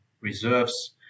reserves